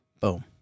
Boom